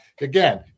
Again